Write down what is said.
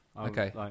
Okay